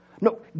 No